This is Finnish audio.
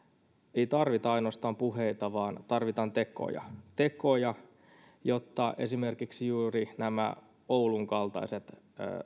ei tarvita ainoastaan puheita vaan tarvitaan tekoja tekoja jotta esimerkiksi juuri nämä oulun kaltaiset